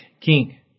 king